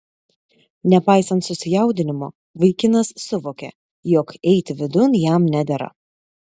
nepaisant susijaudinimo vaikinas suvokė jog eiti vidun jam nedera